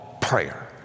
prayer